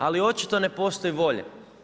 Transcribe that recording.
Ali očito ne postoji volja.